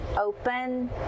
open